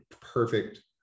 perfect